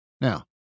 Now